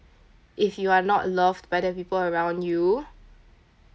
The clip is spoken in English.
if you are not loved by the people around you